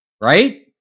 Right